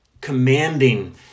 commanding